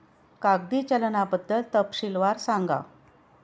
कागदी चलनाबद्दल तपशीलवार सांगा